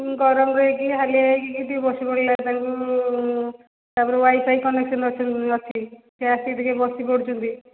ଗରମ ରହିକି ହାଲିଆ ହେଇକି ଯିଦି ବସି ପଡ଼ିଲା ତାଙ୍କୁ ତାପରେ ୱାଇଫାଇ କନେକ୍ସନ ଅଛି ସେ ଆସି ଟିକେ ବସି ପଡ଼ୁଛନ୍ତି